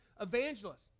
Evangelists